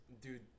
dude